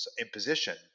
imposition